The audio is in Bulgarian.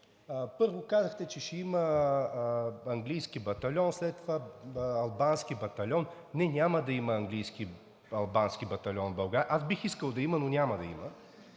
Първо, казахте, че ще има английски батальон, след това албански батальон. Не, няма да има английски, албански батальон в България. Аз бих искал да има, но няма да има.